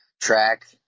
track